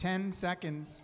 ten seconds